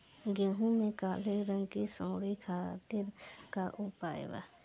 गेहूँ में काले रंग की सूड़ी खातिर का उपाय बा?